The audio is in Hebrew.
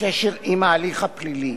בקשר עם ההליך הפלילי.